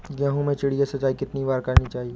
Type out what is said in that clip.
गेहूँ में चिड़िया सिंचाई कितनी बार करनी चाहिए?